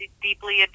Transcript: deeply